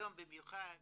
היום במיוחד